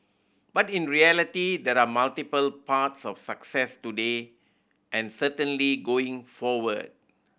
but in reality there are multiple paths of success today and certainly going forward